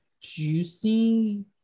juicy